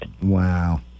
Wow